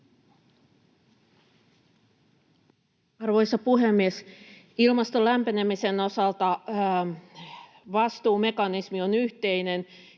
Arvoisa puhemies! Ilmaston lämpenemisen osalta vastuun mekanismi on yhteinen,